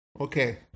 Okay